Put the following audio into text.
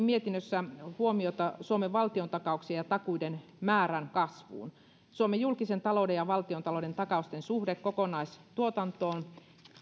mietinnössään huomiota myöskin suomen valtiontakauksien ja takuiden määrän kasvuun suomen julkisen talouden ja valtiontalouden takausten suhde kokonaistuotantoon